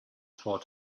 tore